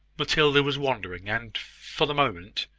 matilda was wandering, and, for the moment,